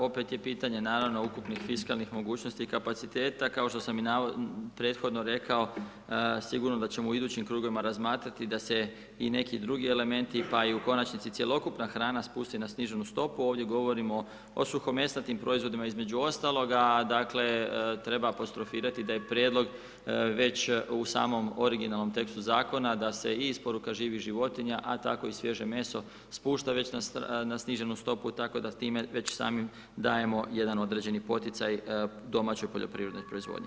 Opet je pitanje naravno ukupnih fiskalnih mogućnosti i kapaciteta, kao što sam i prethodno rekao, sigurno da ćemo u idućim krugovima razmatrati da se i neki drugi elementi, pa i u konačnici, cjelokupna hrana spusti na sniženu stopu, ovdje govorimo o suhomesnatim proizvodima između ostaloga, a, dakle, treba apostrofirati da je Prijedlog već u samom originalnom tekstu Zakona, da se i isporuka živih životinja, a tako i svježe meso, spušta već na sniženu stopu, tako da time već samim dajemo jedan određeni poticaj domaćoj poljoprivrednoj proizvodnji.